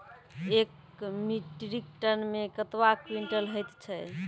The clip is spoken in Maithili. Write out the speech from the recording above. एक मीट्रिक टन मे कतवा क्वींटल हैत छै?